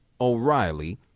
O'Reilly